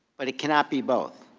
but it cannot be both.